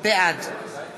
בעד